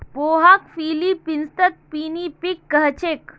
पोहाक फ़िलीपीन्सत पिनीपिग कह छेक